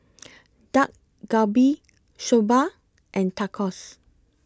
Dak Galbi Soba and Tacos